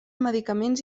medicaments